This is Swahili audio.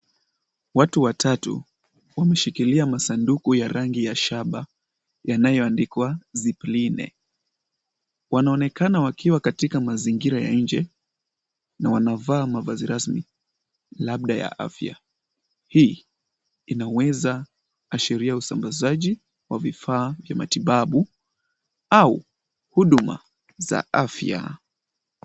Watu watatu wameshikilia masanduku ya rangi ya shaba yanayoandikwa zipline . Wanaonekana wakiwa katika mazingira ya nje na wanavaa mavazi rasmi labda ya afya. Hii inaweza ashiria usambazaji wa vifaa vya matibabu au huduma za afya.